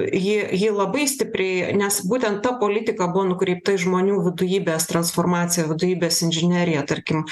ji ji labai stipriai nes būtent ta politika buvo nukreipta į žmonių vadovybės transformaciją vadovybės inžineriją tarkim